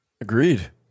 agreed